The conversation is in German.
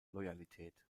loyalität